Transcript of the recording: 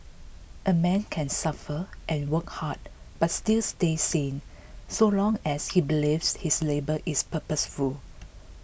a man can suffer and work hard but still stay sane so long as he believes his labour is purposeful